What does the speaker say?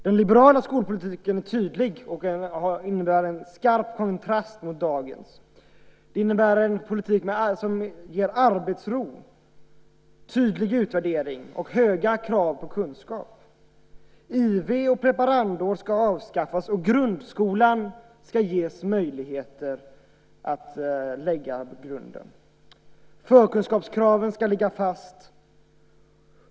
Den liberala skolpolitiken är tydlig och innebär en skarp kontrast mot dagens. Det är en politik som ger arbetsro, tydlig utvärdering och höga krav på kunskap. IV och preparandår ska avskaffas, och grundskolan ska ges möjligheter att lägga grunden. Förkunskapskraven ska ligga fast.